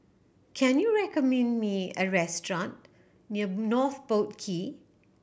can you recommend me a restaurant near North Boat Quay